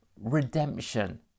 redemption